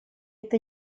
это